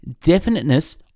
Definiteness